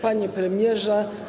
Panie Premierze!